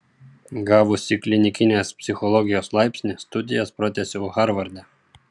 gavusi klinikinės psichologijos laipsnį studijas pratęsiau harvarde